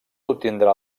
obtindrà